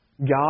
God